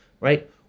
right